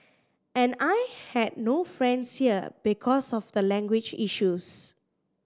and I had no friends here because of the language issues